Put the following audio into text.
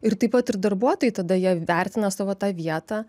ir taip pat ir darbuotojai tada jie vertina savo tą vietą